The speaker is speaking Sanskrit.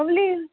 अव्लिल्